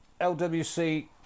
LWC